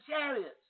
chariots